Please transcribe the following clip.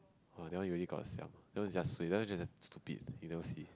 !wah! that one you really got to siam that one is just suay that one is just stupid you never see